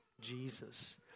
Jesus